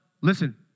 listen